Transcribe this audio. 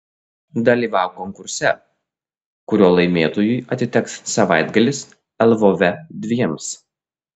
dalyvauk konkurse kurio laimėtojui atiteks savaitgalis lvove dviems